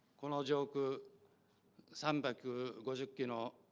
kanojo cool sam back kisuke you know